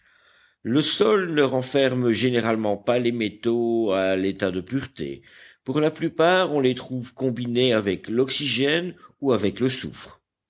le sol ne renferme généralement pas les métaux à l'état de pureté pour la plupart on les trouve combinés avec l'oxygène ou avec le soufre